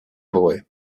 boy